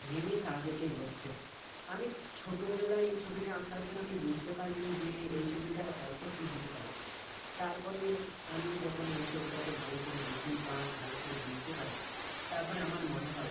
নেমে তার দিকে এগোচ্ছে আমি ছোটোবেলায় এই ছবিটা আঁকার ফলে আমি বুঝতে পারিনি যে এই ছবিটার অর্থ কী হতে পারে তার পরে আমি যখন এই ছবিটাকে ভালো করে দেখি বা ভালো করে বুঝতে পারি তার পরে আমার মনে হয়